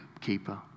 keeper